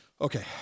Okay